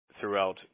throughout